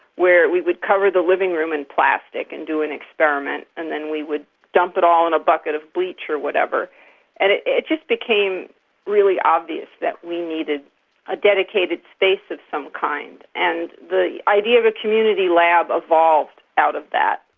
where we would cover the living room in plastic and do an experiment and then we would dump it all in a bucket of bleach or whatever. and it it just became really obvious that we needed a dedicated space of some kind. and the idea of a community lab evolved out of that.